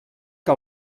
que